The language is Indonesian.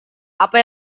apa